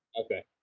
Okay